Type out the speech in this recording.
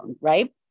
right